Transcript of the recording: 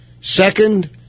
Second